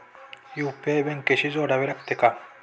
UPI बँकेशी जोडावे लागते का?